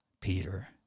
Peter